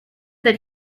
that